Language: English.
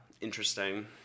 Interesting